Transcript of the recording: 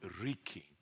reeking